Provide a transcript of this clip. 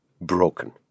broken